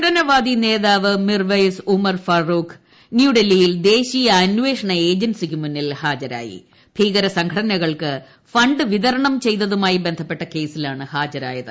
വിഘടനവാദി നേതാവ് മിർവെയ്സ് ഉമർ ഫറൂഖ് ന്യൂഡൽഹിയിൽ ദേശീയ അന്വേഷണ ഏജൻസിക്ക് മുമ്പിൽ ഹാജരായി ഭീക്രൂസ്ംഘടനകൾക്ക് ഫണ്ട് വിതരണം ചെയ്തതുമായിട്ട് ബന്ധപ്പെട്ട കേസിലാണ് ഹാജരായത്